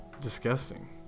disgusting